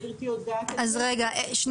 גברתי יודעת את זה?